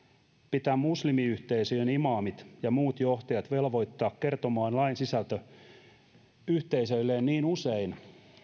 pitää muslimiyhteisöjen imaamit ja muut johtajat velvoittaa kertomaan lain sisältö yhteisöilleen niin usein